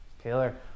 Taylor